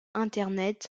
internet